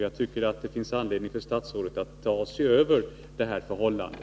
Jag tycker därför att det finns anledning för statsrådet att se över detta förhållande.